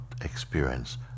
experience